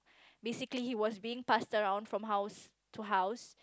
basically he was being passed around from house to house